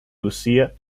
lucia